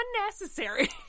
unnecessary